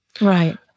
Right